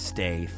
Stay